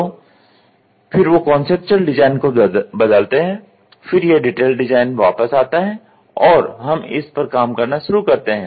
तो फिर वो कॉन्सेप्टुअल डिजाइन को बदलते हैं फिर यह डिटेल्ड डिजाइन वापस आता है और हम इस पर काम करना शुरू करते हैं